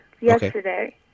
yesterday